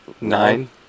Nine